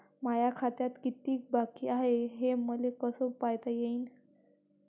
माया खात्यात कितीक बाकी हाय, हे मले कस पायता येईन?